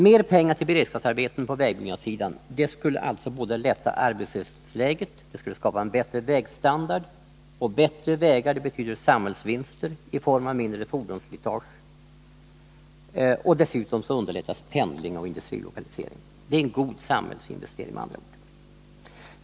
Mer pengar till beredskapsarbeten på vägbyggnadssidan skulle alltså både förbättra arbetslöshetsläget och skapa en bättre vägstandard. Bättre vägar betyder samhällsvinster i form av mindre fordonsslitage, och dessutom underlättas pendling och industrilokalisering. Det är med andra ord en god Nr 50 samhällsinvestering.